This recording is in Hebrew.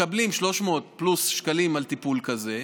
מקבלים 300 פלוס שקלים על טיפול כזה,